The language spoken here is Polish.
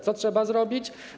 Co trzeba zrobić?